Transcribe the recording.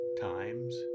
times